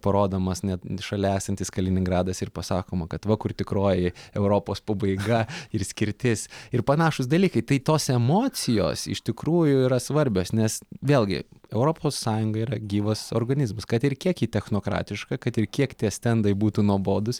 parodomas net šalia esantis kaliningradas ir pasakoma kad va kur tikroji europos pabaiga ir skirtis ir panašūs dalykai tai tos emocijos iš tikrųjų yra svarbios nes vėlgi europos sąjunga yra gyvas organizmas kad ir kiek ji technokratiška kad ir kiek tie stendai būtų nuobodūs